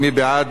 מי נגד?